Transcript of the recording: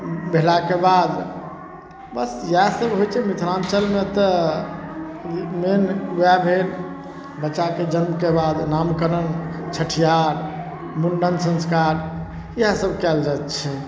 भेलाके बाद बस इएहसब होइ छै मिथिलाञ्चलमे तऽ मेन वएह भेल बच्चाके जन्मके बाद नामकरण छठिहार मुण्डन संस्कार इएहसब कएल जाइ छै